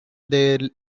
their